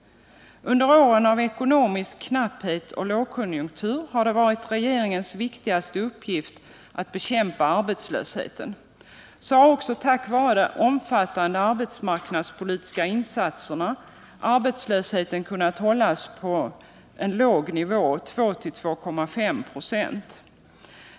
Under åren av ekonomisk knapphet och lågkonjunktur har det varit regeringens viktigaste uppgift att bekämpa arbetslösheten. Så har också tack vare de omfattande arbetsmarknadspolitiska insatserna arbetslösheten kunnat hållas på en låg nivå, 2-2,5 96.